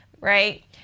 right